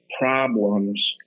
problems